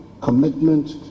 commitment